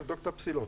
לבדוק את הפסילות.